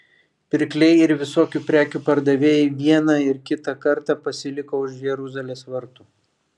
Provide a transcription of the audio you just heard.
pirkliai ir visokių prekių pardavėjai vieną ir kitą kartą pasiliko už jeruzalės vartų